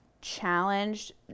challenged